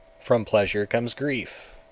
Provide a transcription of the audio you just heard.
from pleasure comes grief,